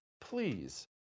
Please